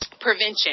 prevention